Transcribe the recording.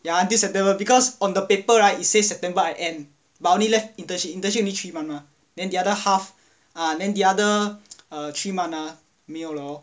ya until september because on the paper right it says september I end but only left internship internship only three months mah then the other half ah then the other three month ah 没有 lor